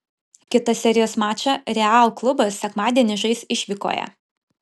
kitą serijos mačą real klubas sekmadienį žais išvykoje